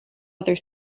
other